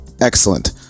excellent